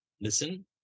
listen